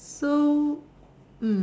so